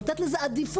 לתת לזה עדיפות.